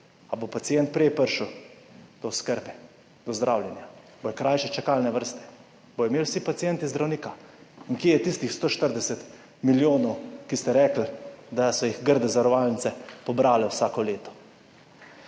bo pacient prej prišel do oskrbe, do zdravljenja, bodo krajše čakalne vrste, bodo imeli vsi pacienti zdravnika? In kje je tistih 140 milijonov, ko ste rekli, da so jih grde zavarovalnice pobrale vsako leto?